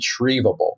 retrievable